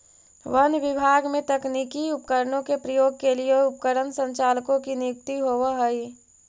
वन विभाग में तकनीकी उपकरणों के प्रयोग के लिए उपकरण संचालकों की नियुक्ति होवअ हई